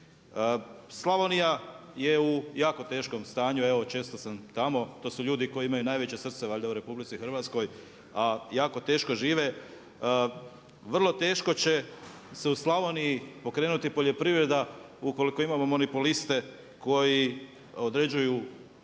Slavonija je u jako teškom stanju, evo često sam tamo, to su ljudi koji imaju najveće srce valjda u RH a jako teško žive. Vrlo teško će se u Slavoniji pokrenuti poljoprivreda ukoliko imamo monopoliste koji određuju